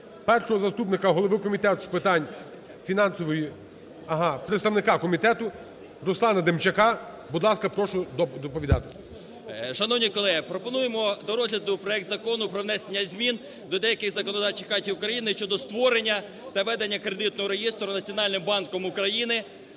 першого заступника голови Комітету з питань фінансової… ага, представника комітету Руслана Демчака. Будь ласка, прошу доповідати. 16:27:44 ДЕМЧАК Р.Є. Шановні колеги, пропонуємо до розгляду проект Закону про внесення змін до деяких законодавчих актів України щодо створення та ведення Кредитного реєстру Національного банку України